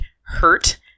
hurt